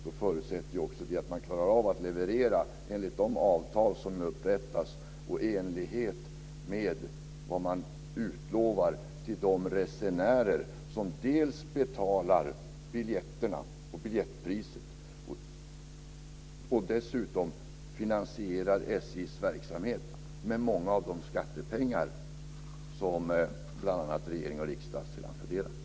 Då förutsätter det att man klarar av att leverera enligt de avtal som upprättas och i enlighet med vad man utlovar till de resenärer som dels betalar biljettpriset, dels finansierar SJ:s verksamhet med de skattepengar som regering och riksdag sedan fördelar.